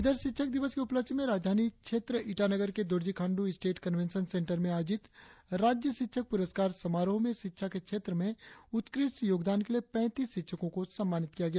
इधर शिक्षक दिवस के उपलक्ष्य में राजधानी क्षेत्र ईटानगर के Dorjee Khandu state convention centre में आयोजित राज्य शिक्षक प्रस्कार समारोह में शिक्षा के क्षेत्र में उत्कृष्ट योगदान के लिए पैतीस शिक्षकों को सम्मानित किया गया